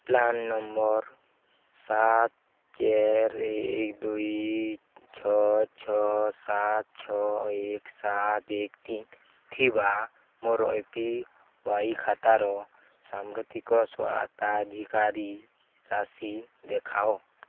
PRAN number ସାତ ଚାରି ଏକ ଦୁଇ ଛଅ ଛଅ ସାତ ଛଅ ଏକ ସାତ ଏକ ତିନି ଥିବା ମୋର ଏ ପି ୱାଇ ଖାତାର ସାମ୍ପ୍ରତିକ ସ୍ୱତ୍ୱାଧିକାର ରାଶି ଦେଖାଅ